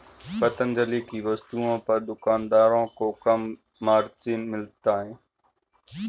पतंजलि की वस्तुओं पर दुकानदारों को कम मार्जिन मिलता है